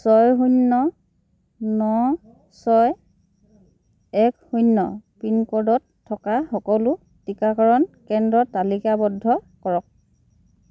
ছয় শূন্য ন ছয় এক শূন্য পিনক'ডত থকা সকলো টিকাকৰণ কেন্দ্ৰ তালিকাবদ্ধ কৰক